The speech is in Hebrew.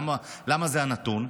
למה זה הנתון?